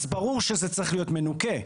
אז ברור שזה צריך להיות מנוכה.